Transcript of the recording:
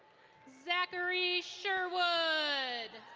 zachary sherwood.